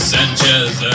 Sanchez